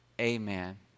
Amen